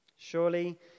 Surely